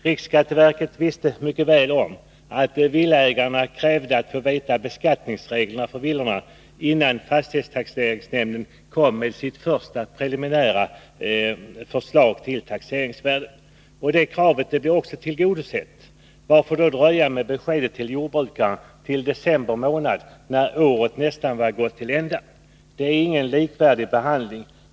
Riksskatteverket visste mycket väl att villaägarna krävde att få veta beskattningsreglerna för villorna innan fastighetstaxeringsnämnden kom med sitt första preliminära förslag till taxeringsvärde. Och det kravet blev tillgodosett — varför då dröja med beskedet till jordbrukarna till december månad, när året nästan gått till ända? Detta är inte någon likvärdig behandling.